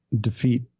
defeat